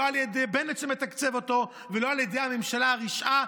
לא על ידי בנט שמתקצב אותו ולא על ידי הממשלה הרשעה,